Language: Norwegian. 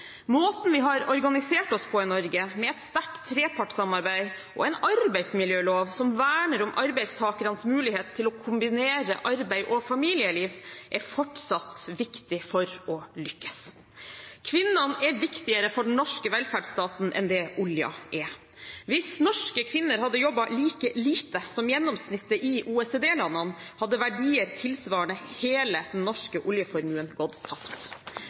Måten vi har organisert oss på i Norge med et sterkt trepartssamarbeid og en arbeidsmiljølov som verner om arbeidstakernes mulighet til å kombinere arbeid og familieliv, er fortsatt viktig for å lykkes. Kvinnene er viktigere for den norske velferdsstaten enn det oljen er. Hvis norske kvinner hadde jobbet like lite som gjennomsnittet i OECD-landene, hadde verdier tilsvarende hele den norske oljeformuen gått tapt.